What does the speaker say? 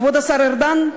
כבוד השר ארדן,